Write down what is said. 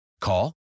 Call